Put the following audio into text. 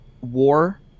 War